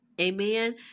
amen